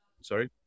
sorry